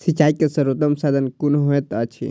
सिंचाई के सर्वोत्तम साधन कुन होएत अछि?